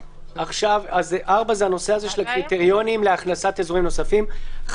ארבע זה הנושא של הקריטריונים להכנסת אזורים נוספים.